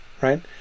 Right